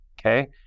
Okay